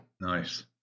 Nice